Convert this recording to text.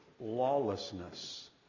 lawlessness